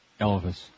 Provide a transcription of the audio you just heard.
Elvis